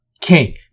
king